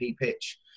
pitch